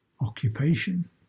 occupation